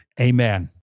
Amen